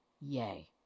yay